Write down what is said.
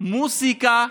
מוזיקה,